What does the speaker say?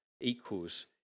equals